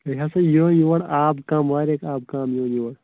تُہۍ ہسا یِوان یور آب کم واریاہ آب کم یوان یور